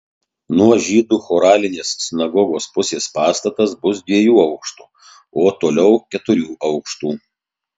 nuo žydų choralinės sinagogos pusės pastatas bus dviejų aukštų o toliau keturių aukštų